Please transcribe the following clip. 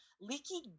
Leaky